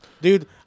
Dude